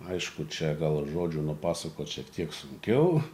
aišku čia gal žodžiu nupasakoti šiek tiek sunkiau